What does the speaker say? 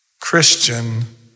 Christian